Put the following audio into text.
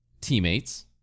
teammates